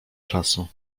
czasu